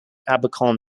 abercorn